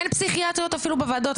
אין פסיכיאטריות אפילו בוועדות,